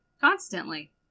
Constantly